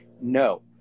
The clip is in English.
No